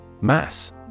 Mass